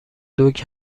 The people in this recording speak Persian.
دوگ